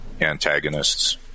antagonists